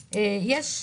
מאוד.